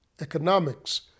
economics